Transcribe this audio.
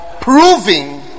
proving